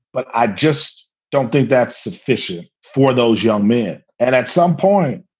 but i just don't think that's sufficient for those young men. and at some point,